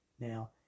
Now